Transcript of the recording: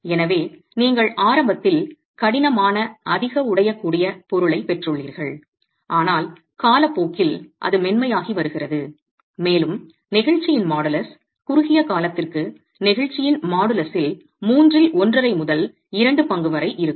எனவே நீங்கள் ஆரம்பத்தில் கடினமான அதிக உடையக்கூடிய பொருளைப் பெற்றுள்ளீர்கள் ஆனால் காலப்போக்கில் அது மென்மையாகி வருகிறது மேலும் நெகிழ்ச்சியின் மாடுலஸ் குறுகிய காலத்திற்கு நெகிழ்ச்சியின் மாடுலஸில் மூன்றில் ஒன்றரை முதல் இரண்டு பங்கு வரை இருக்கும்